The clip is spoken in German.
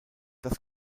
das